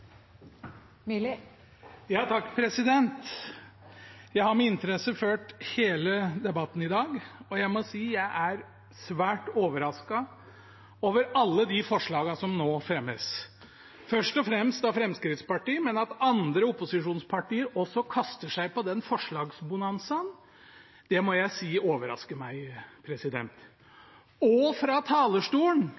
Så takk for en god plan. Jeg har med interesse hørt hele debatten i dag, og jeg må si at jeg er svært overrasket over alle de forslagene som nå fremmes. Det er først og fremst av Fremskrittspartiet, men at andre opposisjonspartier også kaster seg på den forslagsbonanzaen, må jeg si overrasker meg. Og fra talerstolen framføres det